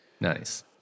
nice